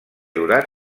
durat